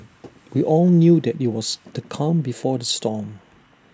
we all knew that IT was the calm before the storm